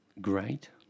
great